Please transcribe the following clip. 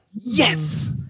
yes